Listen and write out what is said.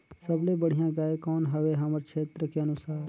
सबले बढ़िया गाय कौन हवे हमर क्षेत्र के अनुसार?